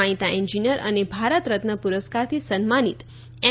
જાણીતા એન્જિનિયર અને ભારત રત્ન પુરસ્કારથી સન્માનિત એમ